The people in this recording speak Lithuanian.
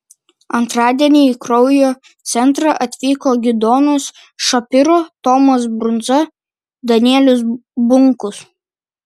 antradienį į kraujo centrą atvyko gidonas šapiro tomas brundza danielius bunkus